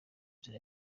nzira